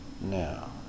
Now